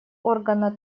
органа